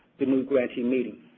the new grantee meeting.